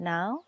Now